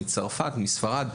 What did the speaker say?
מצרפת ומספרד.